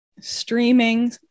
streaming